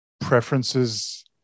preferences